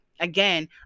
again